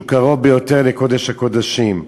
שהוא קרוב ביותר לקודש הקודשים,